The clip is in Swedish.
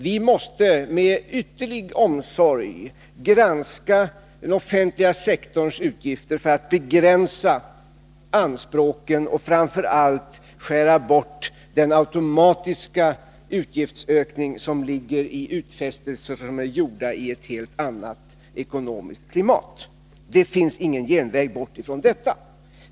Vi måste med ytterlig omsorg granska den offentliga sektorns utgifter för att begränsa anspråken och framför allt för att skära bort den automatiska utgiftsökning som ligger i utfästelser gjorda i ett helt annat ekonomiskt klimat. Det finns således ingen genväg ut ur detta.